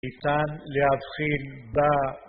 כיצד להתחיל ב...